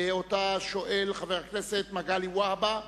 שאותה שואל חבר הכנסת מגלי והבה.